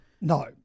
No